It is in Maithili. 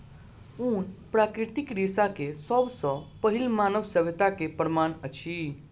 ऊन प्राकृतिक रेशा के सब सॅ पहिल मानव सभ्यता के प्रमाण अछि